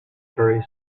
tourism